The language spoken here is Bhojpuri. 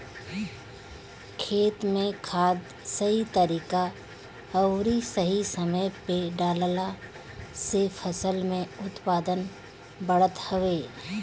खेत में खाद सही तरीका अउरी सही समय पे डालला से फसल के उत्पादन बढ़त हवे